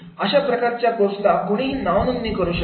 अशा प्रकारच्या कोर्सला कोणीही नाव नोंदणी करू शकते